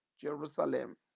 Jerusalem